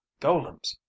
Golems